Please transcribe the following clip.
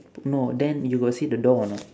no then you got see the door or not